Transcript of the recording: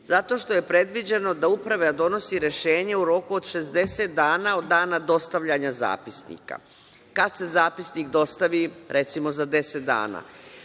zato što je predviđeno da uprava donosi rešenje u roku od 60 dana od dana dostavljanja zapisnika. Kad se zapisnik dostavi, recimo, za deset dana,